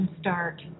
start